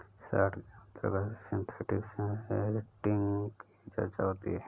short के अंतर्गत synthetic setting की चर्चा होती है